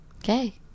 Okay